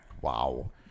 Wow